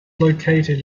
located